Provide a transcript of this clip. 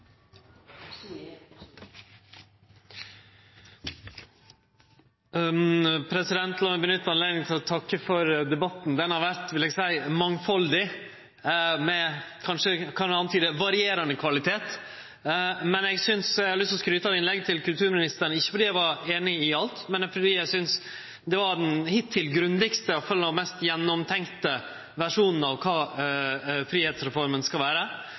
vore, lat meg seie, mangfaldig, og – kan eg kanskje antyde – av varierande kvalitet. Men eg har lyst til å skryte av innlegget til kulturministeren, ikkje fordi eg var einig i alt, men fordi eg synest det var den hittil grundigaste – iallfall den mest gjennomtenkte – versjonen av kva fridomsreforma skal vere,